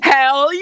Hell